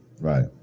Right